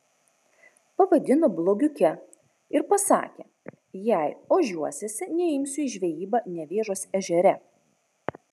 pavadino blogiuke ir pasakė jei ožiuosiesi neimsiu į žvejybą nevėžos ežere